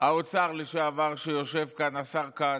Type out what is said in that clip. האוצר לשעבר, שיושב כאן, השר כץ,